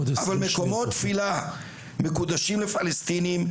אבל מקומות תפילה מקודשים לפלסטינים,